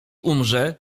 umrze